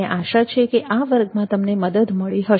મને આશા છે કે આ વર્ગમાં તમને મદદ મળી હશે